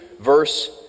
verse